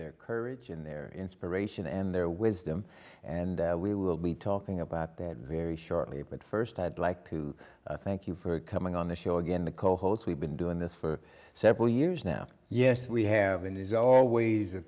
their courage and their inspiration and their wisdom and we will be talking about that very shortly but first i'd like to thank you for coming on the show again the co host we've been doing this for several years now yes we have and it's always a